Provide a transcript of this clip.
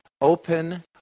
open